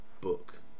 book